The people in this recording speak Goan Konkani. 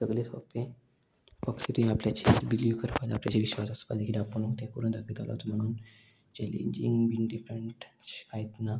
सगळे सोंपें फक्त तुयें आपल्याचेर बिलीव करपाचे आपल्याचे विश्वास आसपा जाय कितें आपूण ते करून दाखयतालोच म्हणून चॅलेंजींग बीन डिफरंट अशें कांयच ना